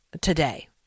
today